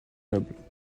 noble